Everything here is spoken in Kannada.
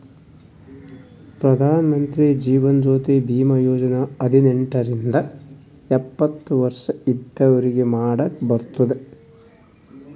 ಪ್ರಧಾನ್ ಮಂತ್ರಿ ಜೀವನ್ ಜ್ಯೋತಿ ಭೀಮಾ ಯೋಜನಾ ಹದಿನೆಂಟ ರಿಂದ ಎಪ್ಪತ್ತ ವರ್ಷ ಇದ್ದವ್ರಿಗಿ ಮಾಡಾಕ್ ಬರ್ತುದ್